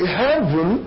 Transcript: heaven